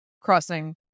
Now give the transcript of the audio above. crossing